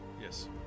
Yes